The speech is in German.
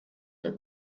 der